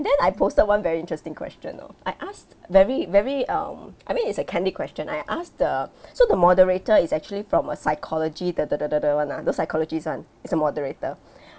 then I posted one very interesting question know I asked very very um I mean it's a candid question I asked the so the moderator is actually from a psychology the the the the the [one] ah those psychologist [one] is a moderator